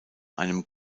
einem